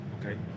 Okay